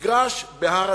מגרש בהר-אדר.